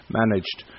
managed